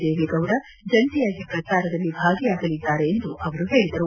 ದೇವೇಗೌಡ ಅವರು ಜಂಟಿಯಾಗಿ ಪ್ರಚಾರದಲ್ಲಿ ಭಾಗಿಯಾಗಲಿದ್ದಾರೆ ಎಂದು ಅವರು ಹೇಳಿದರು